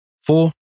Four